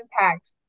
impact